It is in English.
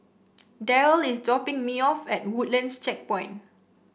Darryll is dropping me off at Woodlands Checkpoint